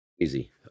Easy